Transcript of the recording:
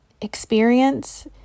experience